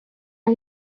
are